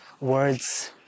words